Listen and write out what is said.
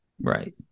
right